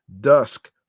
dusk